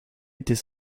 était